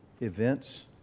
events